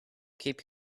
keep